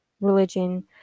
religion